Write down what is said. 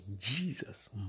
Jesus